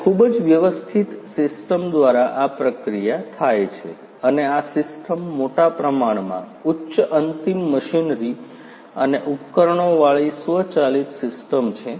અને ખૂબ જ વ્યવસ્થિત સિસ્ટમ દ્વારા આ પ્રક્રિયા થાય છે અને આ સિસ્ટમ મોટા પ્રમાણમાં ઉચ્ચ અંતિમ મશીનરી અને ઉપકરણોવાળી સ્વચાલિત સિસ્ટમ છે